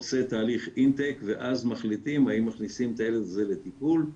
עושה תהליך אינטק ואז מחליטים האם מכניסים את הילד הזה לטיפול,